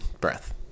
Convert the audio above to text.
breath